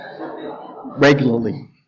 regularly